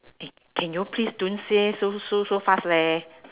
eh can you please don't say so so so fast leh